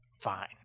fine